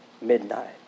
Midnight